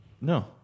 No